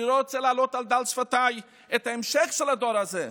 אני לא רוצה להעלות על דל שפתיי את ההמשך של הדור הזה,